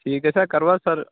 ٹھیٖک حظ چھِ سَر کروٕ حظ سَر